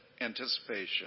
anticipation